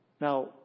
Now